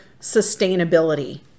sustainability